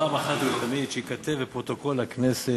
פעם אחת ולתמיד שייכתבו בפרוטוקול הכנסת,